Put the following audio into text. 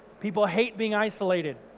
people hate being isolated,